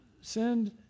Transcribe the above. send